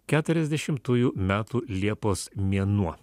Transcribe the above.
keturiasdešimtųjų metų liepos mėnuo